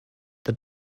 that